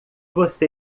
você